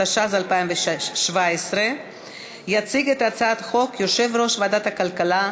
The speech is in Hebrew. התשע"ז 2017. יציג את הצעת החוק יושב-ראש ועדת הכלכלה,